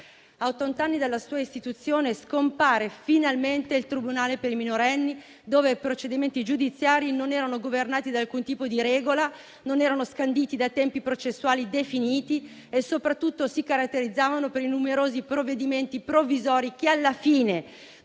A ottant'anni dalla sua istituzione, scompare finalmente il Tribunale per i minorenni, dove i procedimenti giudiziari non erano governati da alcun tipo di regola, né scanditi da tempi processuali definiti e soprattutto si caratterizzavano per i numerosi provvedimenti provvisori che alla fine,